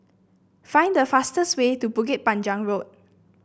find the fastest way to Bukit Panjang Road